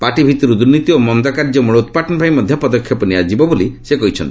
party ଭିତରୁ ଦୁର୍ନୀତି ଓ ମନ୍ଦ କାର୍ଯ୍ୟ ମ୍ରଳୋତ୍ପାଟନ ପାଇଁ ମଧ୍ୟ ପଦକ୍ଷେପ ନିଆଯିବ ବୋଲି ସେ କହିଛନ୍ତି